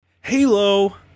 Halo